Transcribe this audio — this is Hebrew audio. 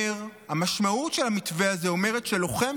המשמעות של המתווה הזה אומרת שלוחם